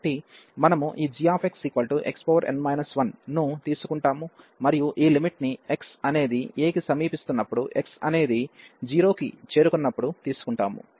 కాబట్టి మనము ఈ gxxn 1 ను తీసుకుంటాము మరియు ఈ లిమిట్ ని x అనేది a కి సమీస్తున్నప్పుడు x అనేది 0 కి చేరుకున్నప్పుడు తీసుకుంటాము